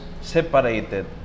separated